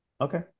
Okay